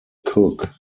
cook